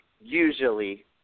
usually